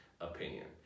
opinion